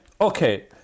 Okay